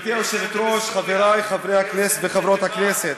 גברתי היושבת-ראש, חברי חברי הכנסת וחברות הכנסת,